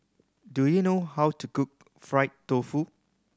do you know how to cook fried tofu